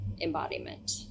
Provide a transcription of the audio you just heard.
embodiment